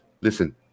listen